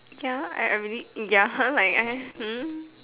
ya I I really mm ya like I hmm